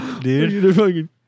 dude